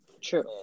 true